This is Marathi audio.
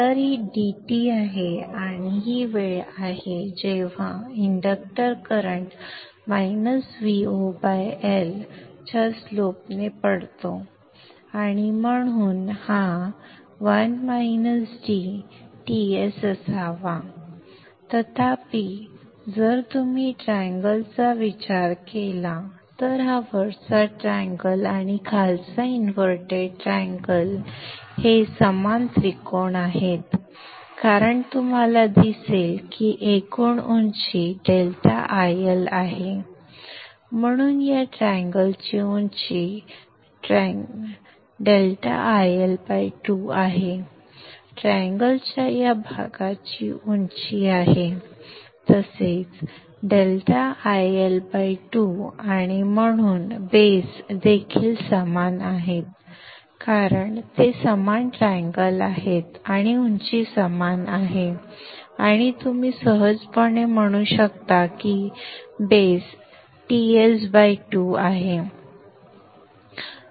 तर ही dt आहे आणि ही वेळ आहे जेव्हा इंडक्टर करंट मायनस VoL च्या स्लोप ने पडतो आणि म्हणून हा 1- d Ts असावा तथापि जर तुम्ही ट्रँगल चा विचार केला तर हा वरचा ट्रँगल आणि खालचा इन्वर्तेड ट्रँगल हे समान त्रिकोण आहेत कारण तुम्हाला दिसेल की एकूण उंची ∆IL आहे म्हणून या ट्रँगल ची उंची ∆IL2 आहे ट्रँगल च्या या भागाची उंची आहे तसेच ∆IL 2 आणि म्हणून बेस देखील समान आहेत कारण ते समान ट्रँगल आहेत आणि उंची समान आहे आणि तुम्ही सहजपणे म्हणू शकता की पाया Ts2 आहे